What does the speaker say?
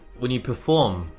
when you perform.